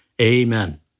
amen